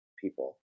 people